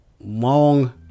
long